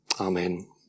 amen